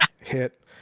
hit